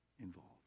involved